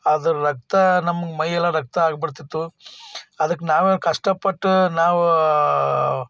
ಅದ್ರ ರಕ್ತ ನಮ್ಗೆ ಮೈ ಎಲ್ಲ ರಕ್ತ ಆಗಿಬಿಡ್ತಿತ್ತು ಅದಕ್ಕೆ ನಾವೇ ಕಷ್ಟಪಟ್ಟು ನಾವು